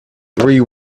three